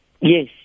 Yes